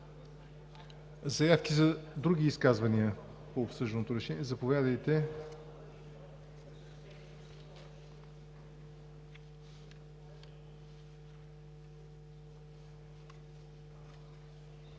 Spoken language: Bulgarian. Заявки за други изказвания по обсъжданото Решение? Заповядайте,